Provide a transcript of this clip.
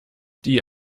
die